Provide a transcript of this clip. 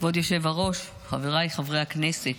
כבוד יושב הראש, חבריי חברי הכנסת,